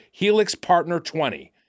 HELIXPARTNER20